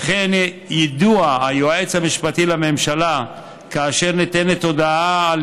וכן יידוע היועץ המשפטי לממשלה כאשר ניתנת הודעה על